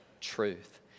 truth